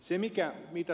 se mikä mikä